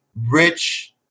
rich –